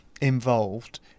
involved